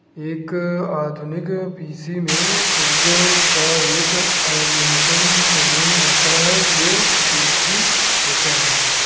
एक आधुनिक P C में पुर्जों का एक न्यूनतम समूह होता है जो उपयोगी होता है